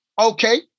Okay